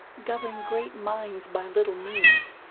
govern great minds by little means.